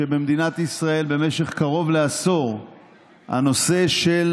שבמדינת ישראל במשך קרוב לעשור הנושא של